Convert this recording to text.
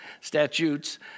statutes